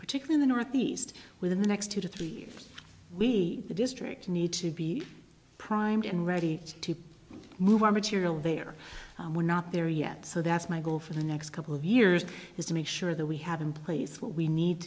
particularly the northeast within the next two to three years we the district need to be primed and ready to move our material there were not there yet so that's my goal for the next couple of years is to make sure that we have in place what we need